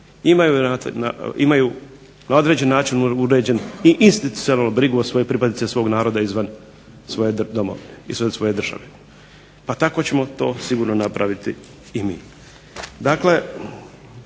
imaju na određen način uređen i institucionalnu brigu o pripadnicima svog naroda izvan svoje domovine, izvan svoje države pa tako ćemo to sigurno napraviti i mi.